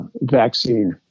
vaccine